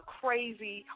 crazy